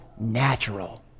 natural